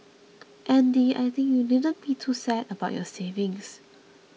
Andy I think you needn't be too sad about your savings